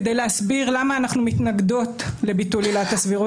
כדי להסביר למה אנחנו מתנגדות לביטול עילת הסבירות,